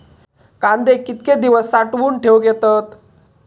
कांदे कितके दिवस साठऊन ठेवक येतत?